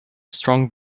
strong